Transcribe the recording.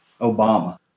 Obama